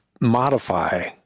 modify